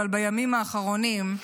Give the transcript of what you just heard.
אבל בימים האחרונים,